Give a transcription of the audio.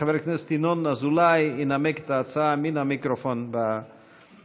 חבר הכנסת ינון אזולאי ינמק את ההצעה מן המיקרופון באולם.